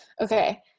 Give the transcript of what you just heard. Okay